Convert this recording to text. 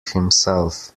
himself